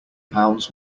pounds